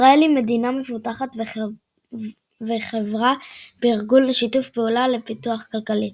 ישראל היא מדינה מפותחת וחברה בארגון לשיתוף פעולה ולפיתוח כלכלי.